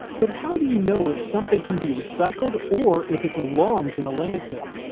but how do you know if something can be recycled or if it belongs in the landfill?